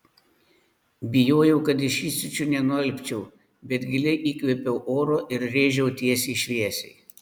bijojau kad iš įsiūčio nenualpčiau bet giliai įkvėpiau oro ir rėžiau tiesiai šviesiai